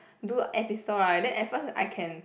do air pistol right then at first I can